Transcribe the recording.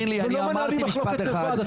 ולא מנהלים מחלוקת לבד,